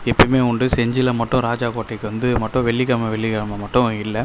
எப்போயுமே உண்டு செஞ்சியில மட்டும் ராஜாகோட்டைக்கு வந்து மட்டும் வெள்ளிக்கிழம வெள்ளிக்கிழம மட்டும் இல்லை